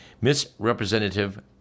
misrepresentative